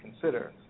consider